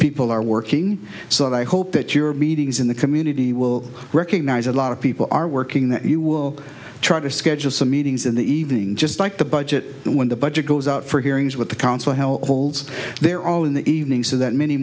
people are working so i hope that your meetings in the community will recognize a lot of people are working that you will try to schedule some meetings in the evening just like the budget when the budget goes out for hearings with the council how old's they're all in the evening so that many